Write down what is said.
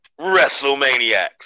WrestleManiacs